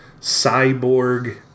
cyborg